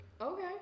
Okay